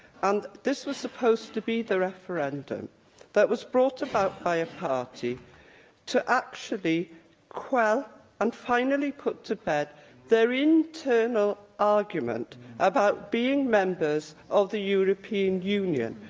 and this was supposed to be the referendum that was brought about by a party to actually quell and finally put to their internal argument about being members of the european union.